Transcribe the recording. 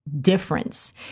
difference